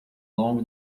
longo